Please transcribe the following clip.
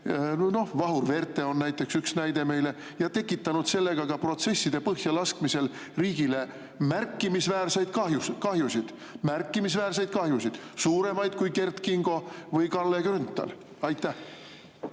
Vahur Verte on üks näide meil. Nad on tekitanud sellega, ka protsesside põhjalaskmisel, riigile märkimisväärseid kahjusid. Märkimisväärseid kahjusid! Suuremaid kui Kert Kingo või Kalle Grünthal. Minu